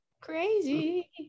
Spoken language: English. Crazy